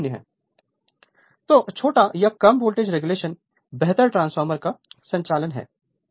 Refer Slide Time 2543 तो छोटे voltage regulation बेहतर ट्रांसफार्मर का संचालन है